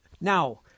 Now